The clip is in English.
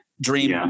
dream